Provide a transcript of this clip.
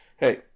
Hey